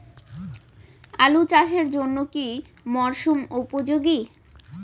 আলু চাষের জন্য কি মরসুম উপযোগী?